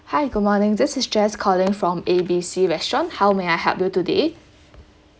hi good morning this is jess calling from A B C restaurant how may I help you today